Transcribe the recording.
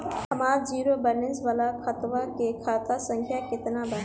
हमार zero balance वाला खतवा के खाता संख्या केतना बा?